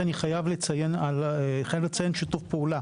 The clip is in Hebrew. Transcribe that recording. אני חייב לציין את שיתוף הפעולה